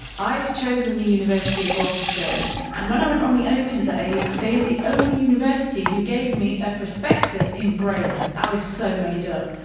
i'd chosen the university of gloucestershire and when i went on the open days they were the only university who gave me a prospectus in braille. i was so made up.